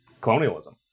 colonialism